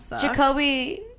Jacoby